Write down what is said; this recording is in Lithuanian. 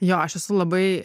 jo aš esu labai